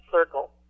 circle